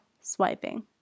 swiping